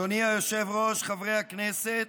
אדוני היושב-ראש, חברי הכנסת,